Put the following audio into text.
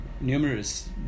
numerous